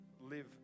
live